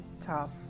tough